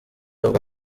avuga